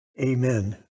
Amen